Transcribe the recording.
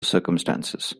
circumstances